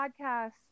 Podcasts